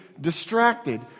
distracted